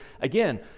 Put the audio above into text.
again